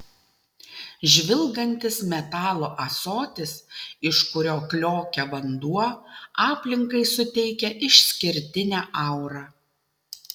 žvilgantis metalo ąsotis iš kurio kliokia vanduo aplinkai suteikia išskirtinę aurą